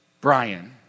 Brian